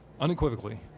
unequivocally